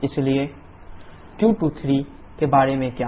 इसलिए 𝑊23 0 q23 के बारे में क्या